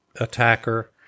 attacker